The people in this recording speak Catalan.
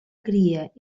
cria